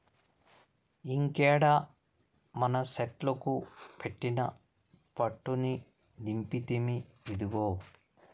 ఇంకేడ మనసెట్లుకు పెట్టిన పట్టుని దింపితిమి, ఇదిగో